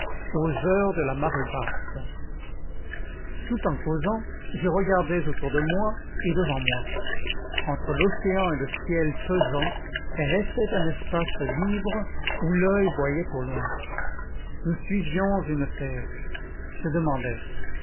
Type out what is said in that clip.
aux heures de la marée basse tout en causant je regardais autour de moi et devant moi entre l'océan et le ciel pesant restait un espace libre où l'oeil voyait au loin nous suivions une terre je demandai